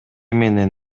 менен